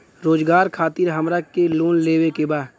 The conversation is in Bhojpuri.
रोजगार खातीर हमरा के लोन लेवे के बा?